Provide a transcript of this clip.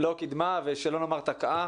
לא קידמה ושלא לומר תקעה,